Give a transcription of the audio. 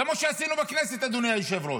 כמו שעשינו בכנסת, אדוני היושב-ראש,